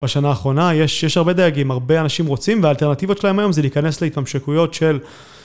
בשנה האחרונה יש הרבה דייגים, הרבה אנשים רוצים והאלטרנטיבות שלהם היום זה להיכנס להתממשקויות של...